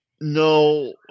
No